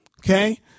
Okay